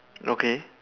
okay